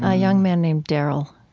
ah young man named darryl.